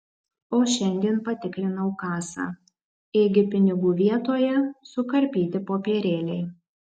o šiandien patikrinau kasą ėgi pinigų vietoje sukarpyti popierėliai